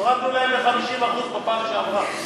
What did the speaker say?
הורדנו להם ב-50% בפעם שעברה.